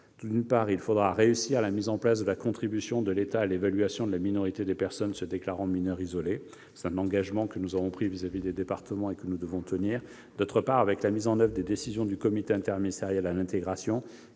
D'une part, il faudra réussir la mise en place de la contribution de l'État à l'évaluation de la minorité des personnes se déclarant mineurs isolés. C'est un engagement que nous avons pris envers les départements, et nous devons le tenir. D'autre part, il faudra mettre en oeuvre les décisions du comité interministériel à l'intégration,